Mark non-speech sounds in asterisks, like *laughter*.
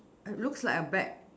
*noise* looks like a bag